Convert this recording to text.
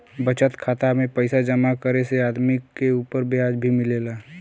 बचत खाता में पइसा जमा करे से आदमी के उपर ब्याज भी मिलेला